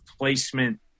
placement